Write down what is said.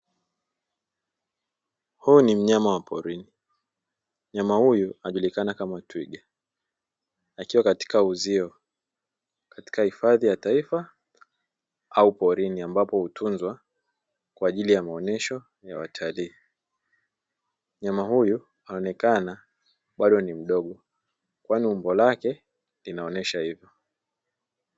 Huyu ni mnyama wa porini mnyama huyu anajulikana kama twiga akiwa katika uzio katika hifadhi ya taifa au porini ambapo hutunzwa kwa ajili ya maonyesho ya watalii, mnyama huyu anaonekana bado ni mdogo kwani umbo lake linaonyesha hivyo.